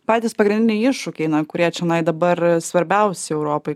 patys pagrindiniai iššūkiai kurie čionai dabar svarbiausi europai